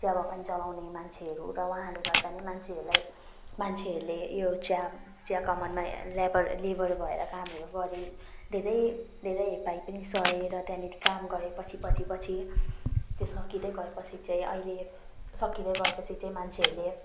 चियाबगान चलाउने मान्छेहरू र वाहाँले गर्दा नै मान्छेहरूलाई मान्छेहरूले यो चिया चियाकमानमा लेबर लेबर भएर कामहरू गरे धेरै धेरै हेपाइ पनि सहे र त्यहाँनिर काम गरे पछि पछि पछि त्यो सकिँदै गएपछि चाहिँ अहिले सकिँदै गएपछि चाहिँ मान्छेहरूले